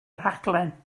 rhaglen